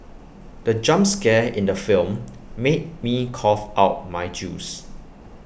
the jump scare in the film made me cough out my juice